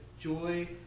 joy